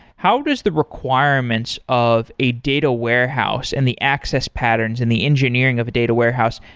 how does the requirements of a data warehouse and the access patterns and the engineering of a data warehouse,